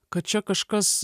kad čia kažkas